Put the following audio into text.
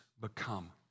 become